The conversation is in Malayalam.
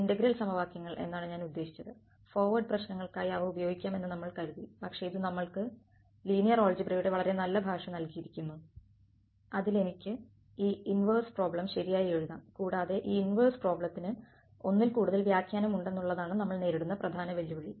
ഇന്റഗ്രൽ സമവാക്യങ്ങൾ എന്നാണ് ഞാൻ ഉദ്ദേശിച്ചത് ഫോർവേഡ് പ്രശ്നങ്ങൾക്കായി അവ ഉപയോഗിക്കാമെന്ന് നമ്മൾ കരുതി പക്ഷേ ഇത് നമ്മൾക്ക് ലീനിയർ ഓൾജിബ്രയുടെ വളരെ നല്ല ഭാഷ നൽകിയിരിക്കുന്നു അതിൽ എനിക്ക് ഈ ഇൻവേഴ്സ് പ്രോബ്ലം ശരിയായി എഴുതാം കൂടാതെ ഇതിൽ ഇൻവേഴ്സ് പ്രോബ്ലത്തിന് ഒന്നിൽ കൂടുതൽ വ്യാഖ്യാനം ഉണ്ടെന്നുള്ളതാണ് നമ്മൾ നേരിടുന്ന പ്രധാന വെല്ലുവിളി